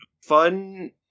fun